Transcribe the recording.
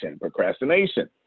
procrastination